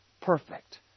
perfect